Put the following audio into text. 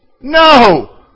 No